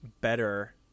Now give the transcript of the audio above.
better